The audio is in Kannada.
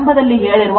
6 j 7